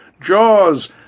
Jaws